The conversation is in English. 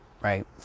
right